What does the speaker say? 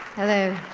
hello.